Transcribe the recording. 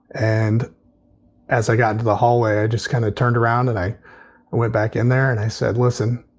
and as i got into the hallway, i just kind of turned around and i went back in there and i said, listen,